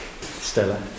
Stella